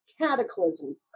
cataclysm